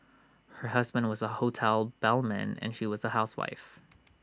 her husband was A hotel bellman and she was A housewife